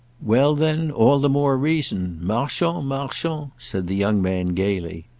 well then all the more reason. marchons, marchons! said the young man gaily.